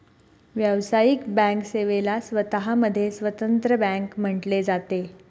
व्यावसायिक बँक सेवेला स्वतः मध्ये स्वतंत्र बँक म्हटले जाते